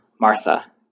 Martha